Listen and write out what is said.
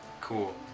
cool